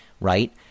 right